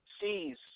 sees